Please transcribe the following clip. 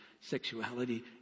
sexuality